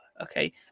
Okay